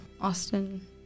Austin